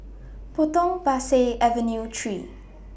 Potong Pasir Avenue three